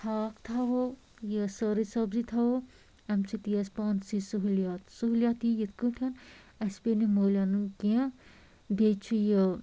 ہاکھ تھاوو یہِ سٲرٕے سَبزی تھاوو اَمہِ سۭتۍ یی اسہِ پانسٕے سہوٗلیت سہوٗلیت یی یِتھۍ کٲٹھۍ اسہِ پیٚیہِ نہٕ مٔلۍ اَنُن کیٚنٛہہ بیٚیہِ چھُ یہِ